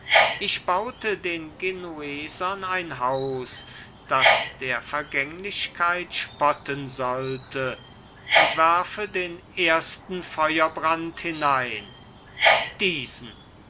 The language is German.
ich baute den genuesern ein haus das der vergänglichkeit spotten sollte und werfe den ersten feuerbrand hinein diesen